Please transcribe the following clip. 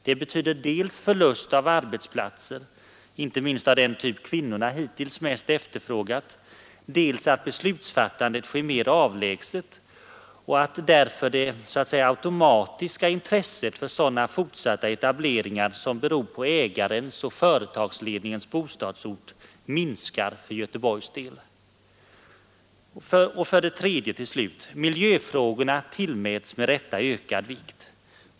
Det betyder dels att arbetsplatser förloras, inte minst av den typ kvinnorna hittills mest efterfrågat, dels att beslutsfattandet blir mera avlägset och att därför det ”automatiska” intresset för sådana fortsatta etableringar, som beror på ägarens och företagsledningens bostadsort, minskar för Göteborgs del. För det tredje: Miljöfrågorna tillmäts med rätta ökad vikt.